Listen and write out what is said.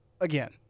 Again